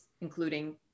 including